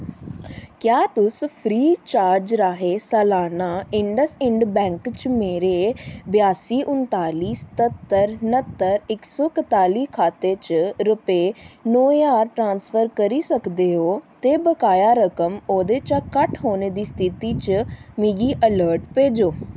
क्या तुस free charge राहें सलाना इंडसइंड बैंक च मेरे ब्यासी उन्ताली सत्ततर नत्तर इक सौ कताली खाते च रपे नौ ज्हार ट्रांसफर करी सकदे ओ ते बकाया रकम ओह्दे शा घट्ट होने दी स्थिति च मिगी अलर्ट भेजो